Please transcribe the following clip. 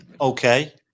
okay